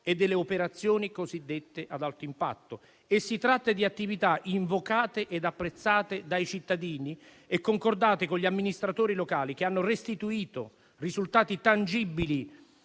e delle operazioni cosiddette ad alto impatto. Si tratta di attività invocate e apprezzate dai cittadini e concordate con gli amministratori locali, che hanno restituito risultati tangibili